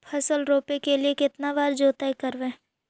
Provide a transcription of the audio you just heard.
फसल रोप के लिय कितना बार जोतई करबय?